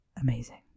amazing